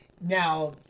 Now